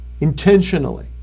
intentionally